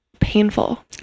painful